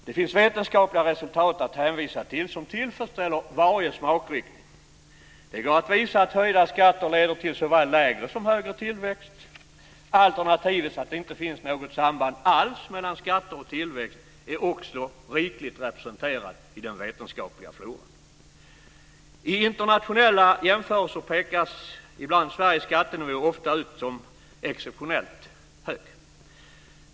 Det finns vetenskapliga resultat att hänvisa till som tillfredsställer varje smakriktning. Det går att visa att höjda skatter leder till såväl lägre som högre tillväxt. Alternativet att det inte finns något samband alls mellan skatter och tillväxt är också rikligt representerat i den vetenskapliga floran. I internationella jämförelser pekas ibland Sveriges skattenivå ut som exceptionellt hög.